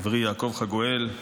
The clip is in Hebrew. חברי יעקב חגואל,